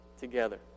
together